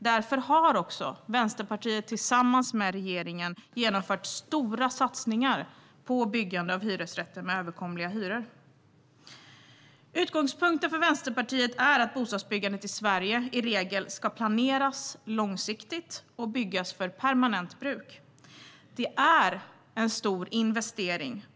Därför har Vänsterpartiet tillsammans med regeringen genomfört stora satsningar på byggande av hyresrätter med överkomliga hyror. Utgångspunkten för Vänsterpartiet är att bostadsbyggandet i Sverige i regel ska planeras långsiktigt och vara för permanent bruk. Det är en stor investering.